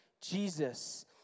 Jesus